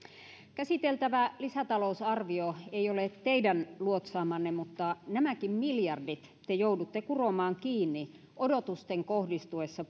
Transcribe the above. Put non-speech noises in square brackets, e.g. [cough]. käsiteltävä lisätalousarvio ei ole teidän luotsaamanne mutta nämäkin miljardit te joudutte kuromaan kiinni odotusten kohdistuessa [unintelligible]